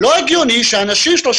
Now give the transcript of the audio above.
אלו אנשים בני 35,